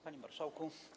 Panie Marszałku!